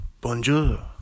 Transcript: bonjour